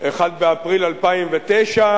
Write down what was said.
ב-1 באפריל 2009?